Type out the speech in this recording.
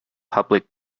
public